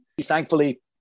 thankfully